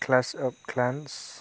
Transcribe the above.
class of clans